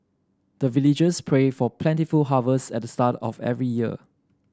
the villagers pray for plentiful harvest at the start of every year